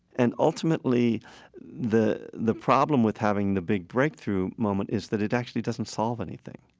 and ultimately the the problem with having the big breakthrough moment is that it actually doesn't solve anything.